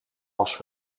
was